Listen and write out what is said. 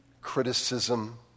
criticism